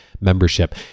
membership